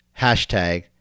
hashtag